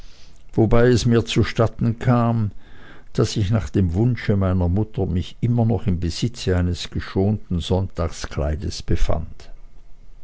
wobei es mir zustatten kam daß ich nach dem wunsche meiner mutter mich immer noch im besitze eines geschonten sonntagskleides befand